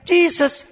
Jesus